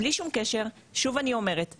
בלי שום קשר שוב אני אומרת,